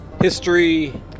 history